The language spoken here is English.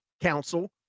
council